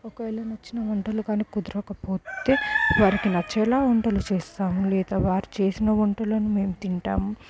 ఒకవేళ నచ్చిన వంటలు కానీ కుదరకపోతే వారికి నచ్చిన వంటలు చేస్తాము లేదా వారు చేసిన వంటలను మేము తింటాము